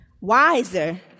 wiser